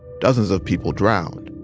dozens of people drowned.